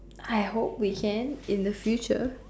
I hope we can in the future